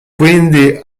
quindi